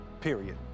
Period